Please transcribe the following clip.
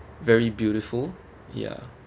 very beautiful ya